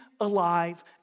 alive